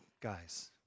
guys